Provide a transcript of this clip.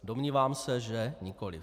Domnívám se, že nikoliv.